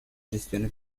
gestione